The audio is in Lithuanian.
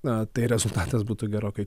na tai rezultatas būtų gerokai